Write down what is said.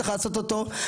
צריך לעשות אותו,